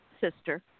sister